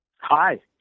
Hi